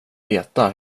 veta